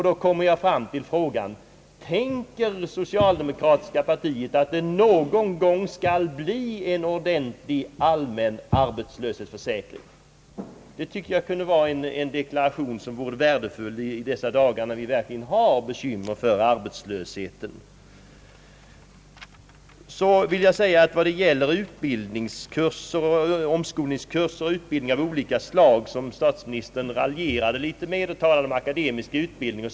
Då kommer jag fram till frågan: Tänker socialdemokratiska partiet att det någon gång skall bli en ordentlig allmän arbetslöshetsförsäkring? Det vore värdefullt att få en deklaration om detta i dessa dagar, när vi verkligen har bekymmer för arbetslösheten. När det gäller omskolningskurser och utbildning av olika slag raljerade statsministern i någon mån och talade om akademisk utbildning.